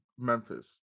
Memphis